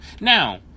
Now